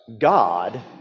God